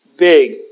Big